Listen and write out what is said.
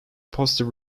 positive